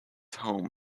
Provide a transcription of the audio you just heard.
home